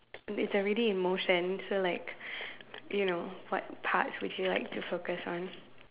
if it's already in motion so like you know what parts would you like to focus on